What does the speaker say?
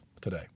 today